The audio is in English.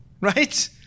right